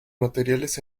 materiales